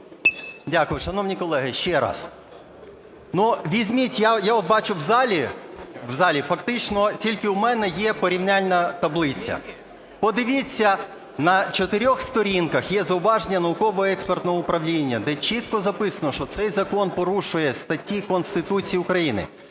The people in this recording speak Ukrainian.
Дякую. Шановні колеги, ще раз, візьміть, я от бачу, в залі фактично тільки в мене є порівняльна таблиця. Подивіться, на чотирьох сторінках є зауваження Науково-експертного управління, де чітко записано, що цей закон порушує статті Конституції України.